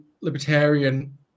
libertarian